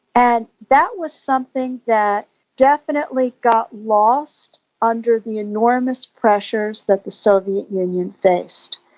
and that was something that definitely got lost under the enormous pressures that the soviet yeah and yeah faced.